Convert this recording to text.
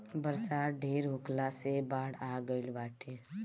बरसात ढेर होखला से बाढ़ आ गइल बाटे